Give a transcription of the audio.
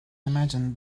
imagine